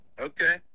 Okay